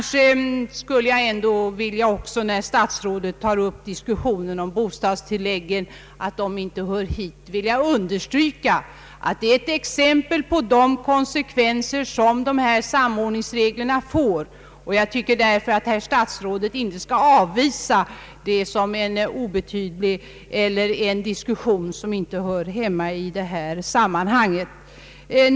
Statsrådet säger att frågan om bostadstilläggen inte hör hit. Jag vill understryka att den utgör ett exempel på de konsekvenser som samordningsregein får, och jag tycker därför att herr statsrådet inte skall avvisa denna fråga med att den inte hör hemma i sammanhanget.